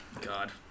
God